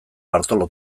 bartolo